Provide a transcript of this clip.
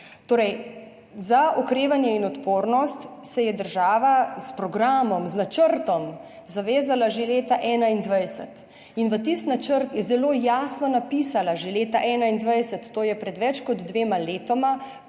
Torej, za okrevanje in odpornost se je država s programom, z načrtom zavezala že leta 2021 in v tisti načrt je zelo jasno napisala že leta 2021, to je pred več kot dvema letoma,